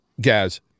Gaz